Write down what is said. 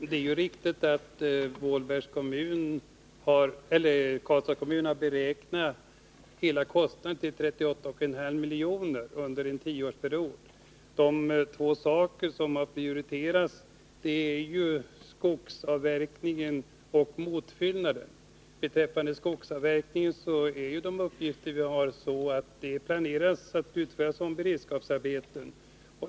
Herr talman! Det är riktigt att Karlstads kommun har beräknat hela kostnaden till 38,5 milj.kr. under en tioårsperiod. De två saker som har prioriterats är skogsavverkningen och motfyllnaden. Skogsavverkningen planeras, enligt de uppgifter vi har, att utföras som beredskapsarbete.